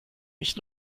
nicht